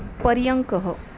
पर्यङ्कः